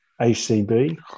ACB